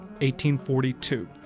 1842